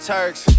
Turks